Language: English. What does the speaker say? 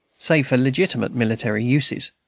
save for legitimate military uses,